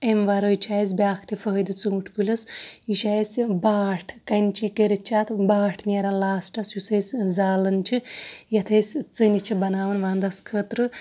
اَمہِ وَرٲے چھِ اَسہِ بیٛاکھ تہِ فٲیِدٕ ژوٗنٛٹھ کُلِس یہِ چھِ اَسہِ باٹھ کَنچی کٔرِتھ چھِ اَتھ باٹھ نیران لاسٹَس یُس أسۍ زالان چھِ یَتھ أسۍ ژِنہٕ چھِ بَناوان وَندَس خٲطرٕ